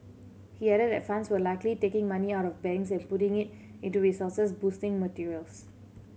he added that funds were likely taking money out of banks and putting it into resources boosting materials